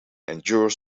endure